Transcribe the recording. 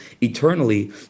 eternally